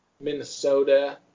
Minnesota